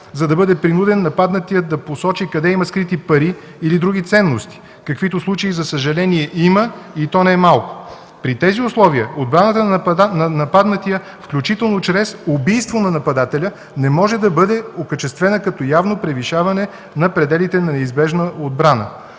за да бъде принуден нападнатият да посочи къде има скрити пари или други ценности, каквито случаи, за съжаление, има, и то не малко. При тези условия отбраната на нападнатия, включително чрез убийство на нападателя, не може да бъде окачествена като явно превишаване на пределите на неизбежна отбрана.